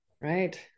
Right